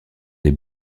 des